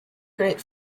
great